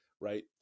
right